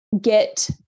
get